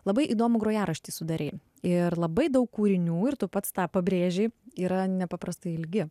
labai įdomu grojaraštį sudarei ir labai daug kūrinių ir tu pats tą pabrėžei yra nepaprastai ilgi